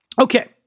okay